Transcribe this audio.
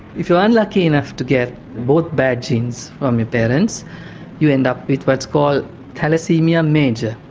if you're unlucky enough to get both bad genes from your parents you end up with what's called thalassaemia major.